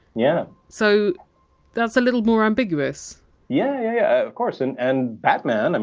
yeah so that's a little more ambiguous yeah, of course. and and batman, and